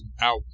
out